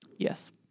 Yes